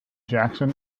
jackson